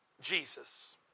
Jesus